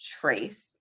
Trace